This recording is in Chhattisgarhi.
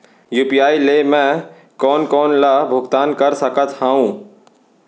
यू.पी.आई ले मैं कोन कोन ला भुगतान कर सकत हओं?